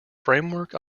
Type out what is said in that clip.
framework